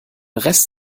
rest